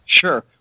Sure